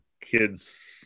kids